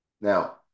now